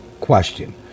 question